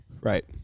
right